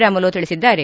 ರಾಮುಲು ತಿಳಿಸಿದ್ದಾರೆ